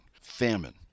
famine